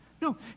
No